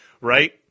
Right